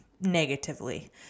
negatively